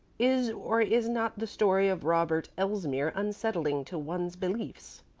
is or is not the story of robert elsmere unsettling to one's beliefs?